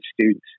students